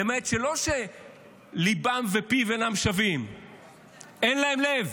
לא שליבם ופיהם אינם שווים,